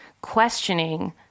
questioning